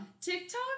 TikTok